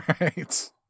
Right